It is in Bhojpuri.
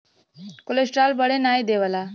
कोलेस्ट्राल बढ़े नाही देवला